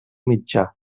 mitjà